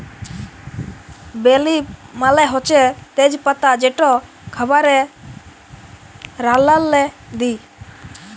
বে লিফ মালে হছে তেজ পাতা যেট খাবারে রাল্লাল্লে দিই